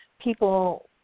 people